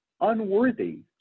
unworthy